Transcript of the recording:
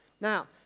Now